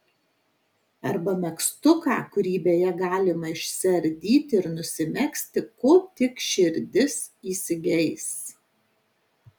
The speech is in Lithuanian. arba megztuką kurį beje galima išsiardyti ir nusimegzti ko tik širdis įsigeis